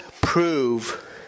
prove